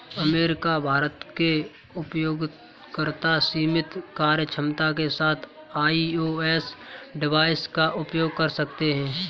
America, Bharat के उपयोगकर्ता सीमित कार्यक्षमता के साथ आई.ओ.एस डिवाइस का उपयोग कर सकते हैं